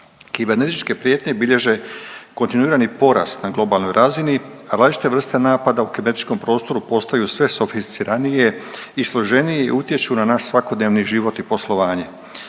Kibernetičke prijetnje bilježe kontinuirani porast na globalnoj razini, a različite vrste napada u kibernetičkom prostoru postaju sve sofisticiranije i složenije i utječu na naš svakodnevni život i poslovanje.